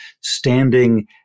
standing